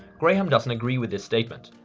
graham doesn't agree with this statement.